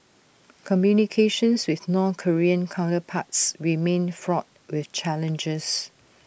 communications with north Korean counterparts remain fraught with challenges